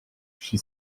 she